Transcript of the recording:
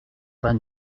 pas